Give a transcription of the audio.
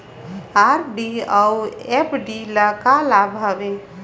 RD अऊ FD ल का लाभ हवे?